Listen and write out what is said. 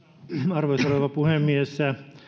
arvoisa rouva puhemies